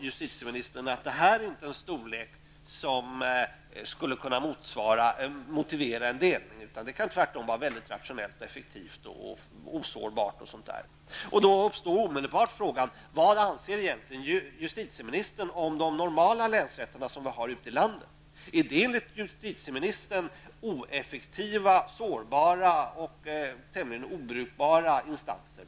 Justitieministern säger att denna storlek inte motiverar en delning, utan att det tvärtom kan vara mycket rationellt, effektivt och osårbart. Då uppstår omedelbart frågan: Vad anser egentligen justitieministern om de normala länsrätterna, de som finns ute i landet? Är dessa enligt justitieministern på grund av sin litenhet ineffektiva, sårbara och tämligen obrukbara instanser?